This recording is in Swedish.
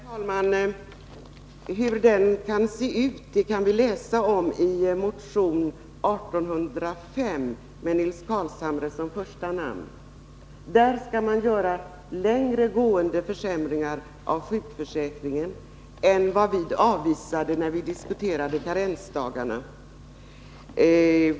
Herr talman! Hur den ”förbättringen” kan se ut kan vi läsa om i motion 1805 med Nils Carlshamre som första namn. Där föreslås längre gående försämringar av sjukförsäkringen än vad vi avvisade när vi diskuterade karensdagarna.